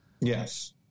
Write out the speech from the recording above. Yes